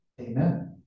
amen